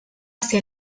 ser